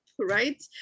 right